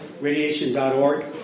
radiation.org